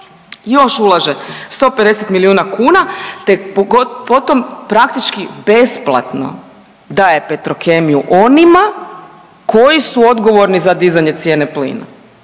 Još ulaže 150 milijuna kuna te potom praktički besplatno daje Petrokemiju onima koji su odgovorni za dizanje cijene plina.